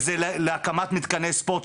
הקמה של מתקני ספורט,